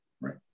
Right